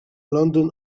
london